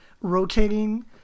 rotating